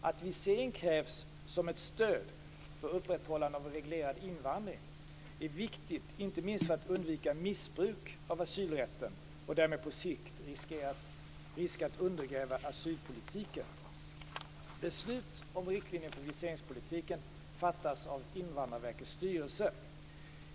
Att visering krävs som ett stöd för upprätthållandet av en reglerad invandring är viktigt inte minst för att undvika missbruk av asylrätten och därmed, på sikt, riskera att undergräva asylpolitiken. Beslut om riktlinjer för viseringspolitiken fattas av Invandrarverkets styrelse.